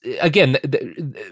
again